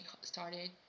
started